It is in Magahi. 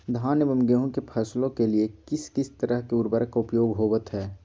धान एवं गेहूं के फसलों के लिए किस किस तरह के उर्वरक का उपयोग होवत है?